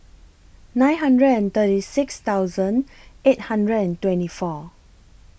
nine hundred and thirty six thousand eight hundred and twenty four